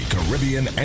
Caribbean